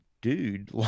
dude